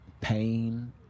pain